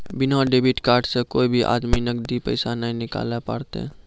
बिना debit card से कोय भी आदमी नगदी पैसा नाय निकालैल पारतै